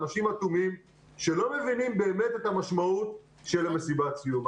אנשים אטומים שלא מבינים באמת את המשמעות של מסיבת סיום.